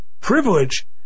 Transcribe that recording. privilege